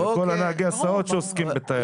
ונהגי ההסעות שעוסקים בתיירות.